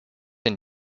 and